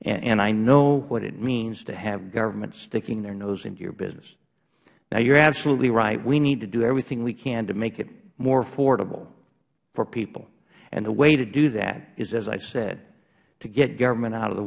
and i know what it means to have government sticking their nose into your business you are absolutely right we need to do everything we can to make it more affordable for people the way to do that is as i said to get government out of the